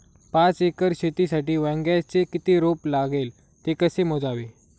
पाच एकर शेतीसाठी वांग्याचे किती रोप लागेल? ते कसे मोजावे?